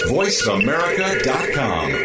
voiceamerica.com